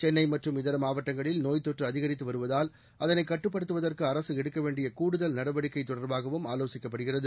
சென்னை மற்றும் இதர மாவட்டங்களில் நோய் தொற்று அதிகரித்து வருவதால் அதனை கட்டுப்படுத்துவதற்கு அரசு எடுக்க வேண்டிய கூடுதல் நடவடிக்கை தொடர்பாகவும் ஆலோசிக்கப்படுகிறது